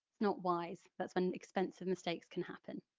not wise, that's when expensive mistakes can happen.